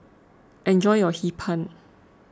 enjoy your Hee Pan